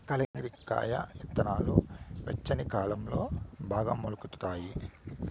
కలింగర కాయ ఇత్తనాలు వెచ్చని వాతావరణంలో బాగా మొలకెత్తుతాయి